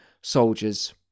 soldiers